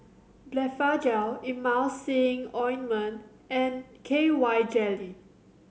Blephagel Emulsying Ointment and K Y Jelly